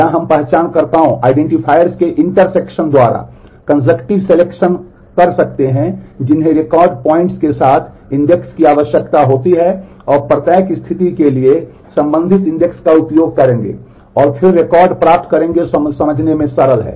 या हम पहचानकर्ताओं का उपयोग करेंगे और फिर रिकॉर्ड प्राप्त करेंगे जो समझने में सरल है